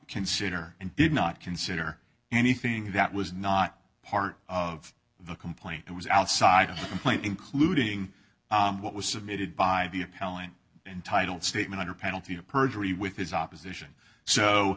consider and did not consider anything that was not part of the complaint that was outside of the complaint including what was submitted by the appellant entitled statement under penalty of perjury with his opposition so